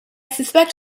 suspect